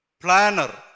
planner